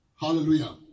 Hallelujah